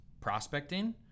prospecting